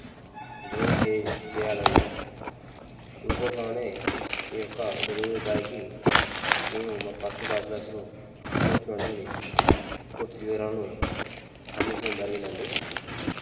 బోం చే చేయాలండి అందుకోసమనే మీ యొక్క డెలివరీ బాయ్కి మేము మా ప్రస్తుత అడ్రసు సంబంధించినటువంటి పూర్తి వివరాలను అందించడం జరిగిందండి